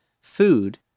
food